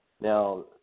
Now